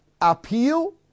Appeal